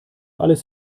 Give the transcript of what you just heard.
alles